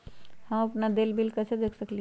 हम अपन देल बिल कैसे देख सकली ह?